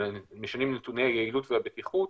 הנושא השני יהיה מגבלות רגולטוריות,